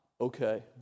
Okay